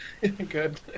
Good